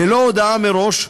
ללא הודעה מראש,